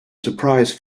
surprise